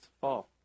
fall